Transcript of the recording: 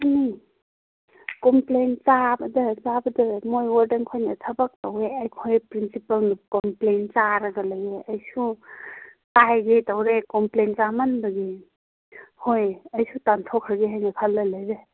ꯑꯗꯨꯅꯦ ꯀꯣꯝꯄ꯭ꯂꯦꯟ ꯆꯥꯕꯗ ꯆꯥꯕꯗ ꯃꯣꯏ ꯋꯥꯔꯗꯦꯟꯈꯣꯏꯅ ꯊꯕꯛ ꯇꯧꯔꯦ ꯑꯩꯈꯣꯏ ꯄ꯭ꯔꯤꯟꯁꯤꯄꯥꯜꯅ ꯀꯣꯝꯄ꯭ꯂꯦꯟ ꯆꯥꯔꯒ ꯂꯩ ꯑꯩꯁꯨ ꯍꯥꯏꯒꯦ ꯇꯧꯋꯦ ꯀꯣꯝꯄ꯭ꯂꯦꯟ ꯆꯥꯃꯟꯕꯒꯤ ꯍꯣꯏ ꯑꯩꯁꯨ ꯇꯥꯟꯊꯣꯛꯈ꯭ꯔꯒꯦ ꯍꯥꯏꯅ ꯈꯜꯂ ꯂꯩꯔꯦ